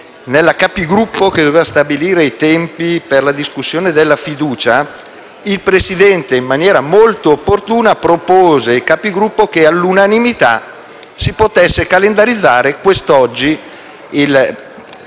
dei Capigruppo che doveva stabilire i tempi per la discussione della fiducia, il Presidente, in maniera molto opportuna, propose ai Capigruppo che, all'unanimità, si potesse calendarizzare quest'oggi,